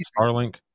Starlink